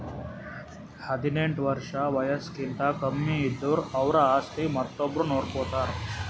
ಹದಿನೆಂಟ್ ವರ್ಷ್ ವಯಸ್ಸ್ಕಿಂತ ಕಮ್ಮಿ ಇದ್ದುರ್ ಅವ್ರ ಆಸ್ತಿ ಮತ್ತೊಬ್ರು ನೋಡ್ಕೋತಾರ್